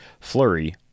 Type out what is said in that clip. flurry